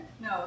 No